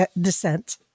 descent